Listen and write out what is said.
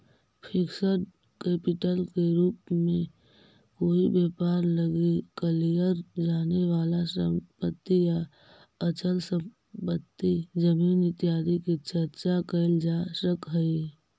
fixed capital के रूप में कोई व्यापार लगी कलियर जाने वाला संपत्ति या अचल संपत्ति जमीन इत्यादि के चर्चा कैल जा सकऽ हई